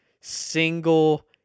single